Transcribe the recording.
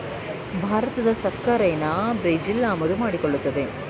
ಭಾರತದ ಸಕ್ಕರೆನಾ ಬ್ರೆಜಿಲ್ ಆಮದು ಮಾಡಿಕೊಳ್ಳುತ್ತದೆ